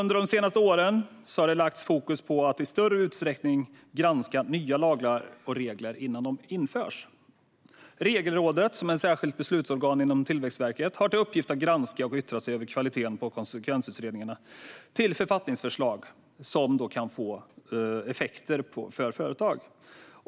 Under de senaste åren har det lagts fokus på att i större utsträckning granska nya lagar och regler innan de införs. Regelrådet, ett särskilt beslutsorgan inom Tillväxtverket, har till uppgift att granska och yttra sig över kvaliteten på konsekvensutredningarna till författningsförslag som kan få effekter för företag.